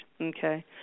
okay